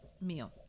meal